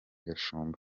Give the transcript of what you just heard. gashumba